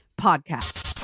podcast